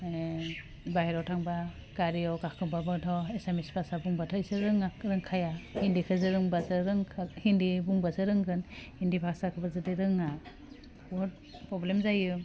बाहेराव थांबा गारियाव गाखोबाबोथ' एसामिस भाषा बुंबाथाय बिसोर रोङा रोंखाया हिन्दीखौ जों रोंबासो रोंखा हिन्दी बुंबासो रोंगोन हिन्दी भाषाखौबो जुदि रोङा बहुद प्रब्लेम जायो